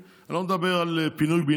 אני לא מדבר על פינוי-בינוי,